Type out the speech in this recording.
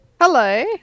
Hello